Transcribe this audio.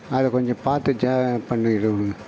அது கொஞ்சம் பார்த்து ஜா பண்ணி கொடுங்க